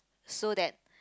so that